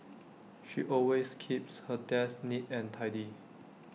she always keeps her desk neat and tidy